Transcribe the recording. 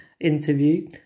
interview